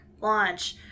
launch